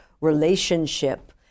relationship